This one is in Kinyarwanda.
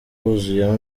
huzuyemo